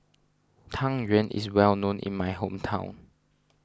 Tang Yuen is well known in my hometown